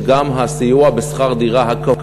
וגם הסיוע הקבוע בשכר הדירה,